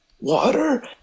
Water